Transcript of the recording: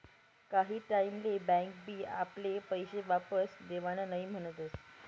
काही टाईम ले बँक बी आपले पैशे वापस देवान नई म्हनस